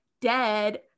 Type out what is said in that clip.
dead